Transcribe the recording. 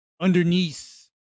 underneath